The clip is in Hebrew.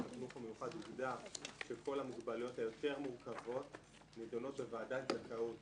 חינוך מיוחד הוגדר שכל המוגבלויות היותר מורכבות נדונות בוועדת זכאות